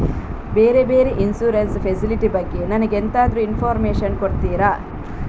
ಬೇರೆ ಬೇರೆ insurance facility ಬಗ್ಗೆ ನನಗೆ ಎಂತಾದ್ರೂ ಇನ್ಫೋರ್ಮೇಷನ್ ಕೊಡ್ತೀರಾ?